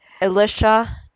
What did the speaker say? Elisha